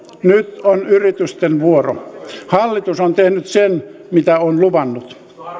nyt on yritysten vuoro hallitus on tehnyt sen mitä on luvannut